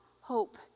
hope